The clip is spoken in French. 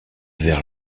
vers